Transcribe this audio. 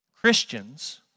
Christians